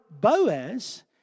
Boaz